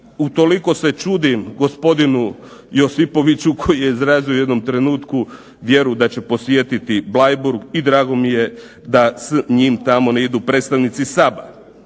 utoliko se čudim gospodinu Josipoviću koji je izrazio u jednom trenutku vjeru da će posjetiti Bleiburg i drago mi je da s njim tamo ne idu predstavnici SABA,